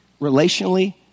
relationally